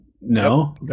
No